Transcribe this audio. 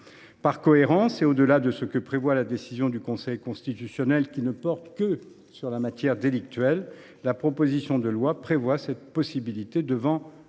Par cohérence, et au delà de ce que prévoit la décision du Conseil constitutionnel, qui ne porte que sur la matière délictuelle, la proposition de loi prévoit cette possibilité devant